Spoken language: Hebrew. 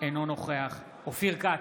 אינו נוכח אופיר כץ,